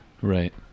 Right